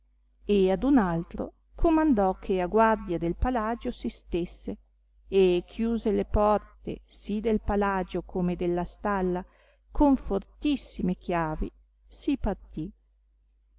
e ad un altro comandò che a guardia del palagio si stesse e chiuse le porte sì del palagio come della stalla con fortissime chiavi si partì